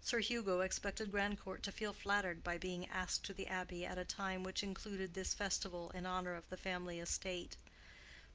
sir hugo expected grandcourt to feel flattered by being asked to the abbey at a time which included this festival in honor of the family estate